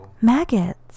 Maggots